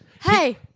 Hey